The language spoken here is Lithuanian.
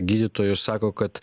gydytojus sako kad